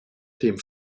dem